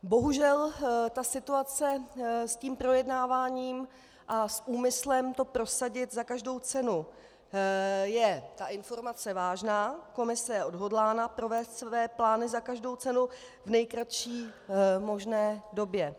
Bohužel ta situace s tím projednáváním a s úmyslem to prosadit za každou cenu, ta informace je vážná, Komise je odhodlána provést své plány za každou cenu v nejkratší možné době.